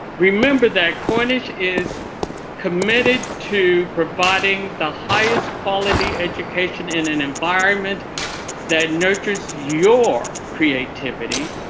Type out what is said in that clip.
remember that cornish is committed to providing the highest quality education in an environment that nurtures your creativity,